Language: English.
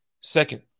Second